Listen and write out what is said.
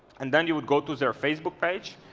and then you would go to their facebook page,